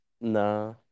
Nah